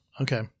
Okay